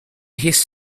his